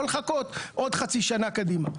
לא לחכות עוד חצי שנה קדימה.